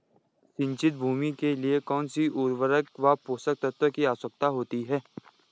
सिंचित भूमि के लिए कौन सी उर्वरक व पोषक तत्वों की आवश्यकता होती है?